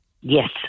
Yes